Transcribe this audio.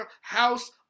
house